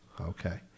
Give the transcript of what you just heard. okay